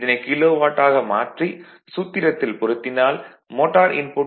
இதனை kilowatt ஆக மாற்றி சூத்திரத்தில் பொருத்தினால் மோட்டார் இன்புட் 17